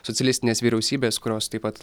socialistinės vyriausybės kurios taip pat